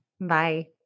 Bye